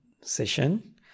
session